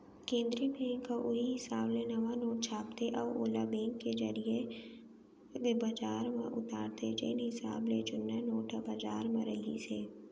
केंद्रीय बेंक ह उहीं हिसाब ले नवा नोट छापथे अउ ओला बेंक के जरिए बजार म उतारथे जेन हिसाब ले जुन्ना नोट ह बजार म रिहिस हे